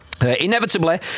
Inevitably